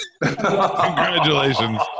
Congratulations